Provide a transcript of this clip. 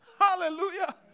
Hallelujah